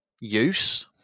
use